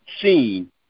seen